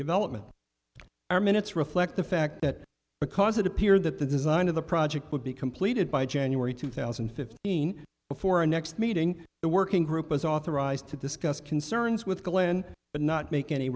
development our minutes reflect the fact that because it appeared that the design of the project would be completed by january two thousand and fifteen before a next meeting the working group was authorized to discuss concerns with glenn but not make any